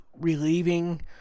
relieving